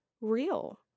real